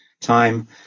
time